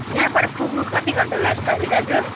यहाँबाट पुग्नु कति घन्टा लाग्छ अरे दाजु